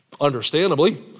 understandably